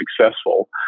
successful